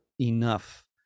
enough